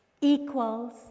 equals